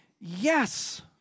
yes